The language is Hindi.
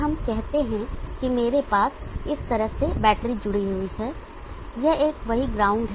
अब हम कहते हैं कि मेरे पास इस तरह से बैटरी जुड़ी हुई है यह एक वही ग्राउंड है